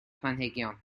planhigion